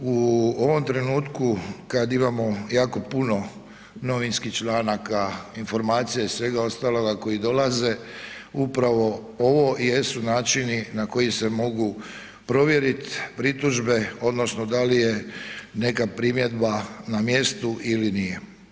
U ovom trenutku kad imamo jako puno novinskih članaka, informacija i svega ostaloga koji dolaze upravo ovo jesu načini na koji se mogu provjeriti pritužbe odnosno da li je neka primjedba na mjestu ili nije.